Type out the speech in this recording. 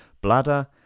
bladder